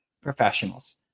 professionals